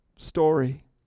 story